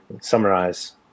Summarize